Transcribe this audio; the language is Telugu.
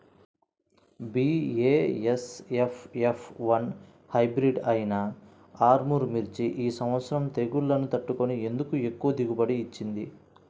బీ.ఏ.ఎస్.ఎఫ్ ఎఫ్ వన్ హైబ్రిడ్ అయినా ఆర్ముర్ మిర్చి ఈ సంవత్సరం తెగుళ్లును తట్టుకొని ఎందుకు ఎక్కువ దిగుబడి ఇచ్చింది?